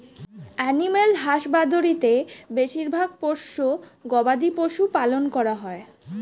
animal husbandry তে বেশিরভাগ পোষ্য গবাদি পশু পালন করা হয়